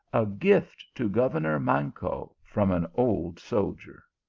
a gift to governor manco, from an old soldier.